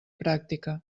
pràctica